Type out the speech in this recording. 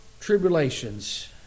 tribulations